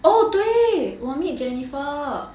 oh 对我 meet jennifer